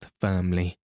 firmly